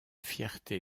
fierté